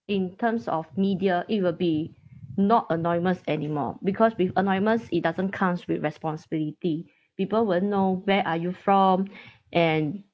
in terms of media it will be not anonymous anymore because with anonymous it doesn't comes with responsibility people won't know where are you from and